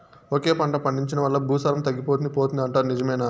ఒకే పంట పండించడం వల్ల భూసారం తగ్గిపోతుంది పోతుంది అంటారు నిజమేనా